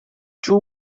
two